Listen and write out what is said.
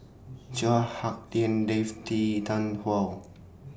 Chua Hak Lien Dave T Tarn How